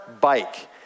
bike